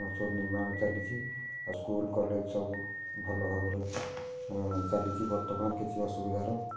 ସବୁ ନିର୍ମାଣ ଚାଲିଛି ଆଉ ସ୍କୁଲ କଲେଜ ସବୁ ଭଲ ଭାବରେ ଚାଲିଛି ବର୍ତ୍ତମାନ କିଛି ଅସୁବିଧାର